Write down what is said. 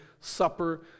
supper